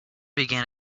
began